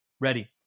ready